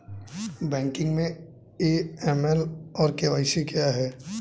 Banking में AML और KYC क्या हैं?